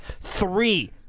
Three